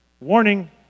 warning